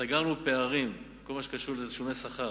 סגרנו פערים בכל מה שקשור לתשלומי שכר,